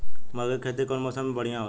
मकई के खेती कउन मौसम में बढ़िया होला?